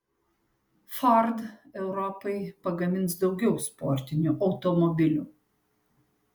ford europai pagamins daugiau sportinių automobilių